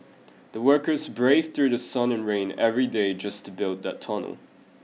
the workers braved through sun and rain every day just to build that tunnel